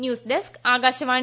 news desk Akashvani